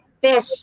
fish